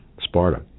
Sparta